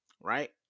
right